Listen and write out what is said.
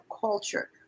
culture